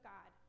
God